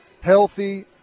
healthy